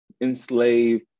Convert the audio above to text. enslaved